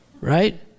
right